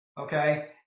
Okay